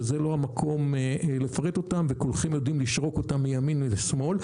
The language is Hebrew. שזה לא המקום לפרט אותם וכולכם לשרוק אותה מימין ולשמאל,